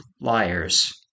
liars